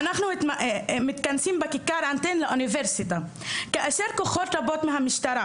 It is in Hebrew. אנחנו מתכנסים בכיכר באוניברסיטה כאשר כוחות רבים מהמשטרה